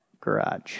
garage